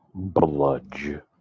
Bludge